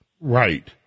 Right